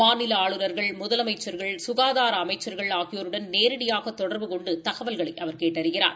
மாநில ஆளுநா்கள் முதலமைச்சா்கள் சுகாதார அமைச்சா்கள் ஆகியோருடன் நேரடியாக தொடா்பு கொண்டு தகவல்களை அவர் கேட்டறிகிறார்